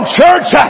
church